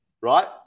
right